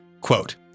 quote